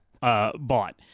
Bought